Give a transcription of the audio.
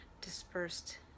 dispersed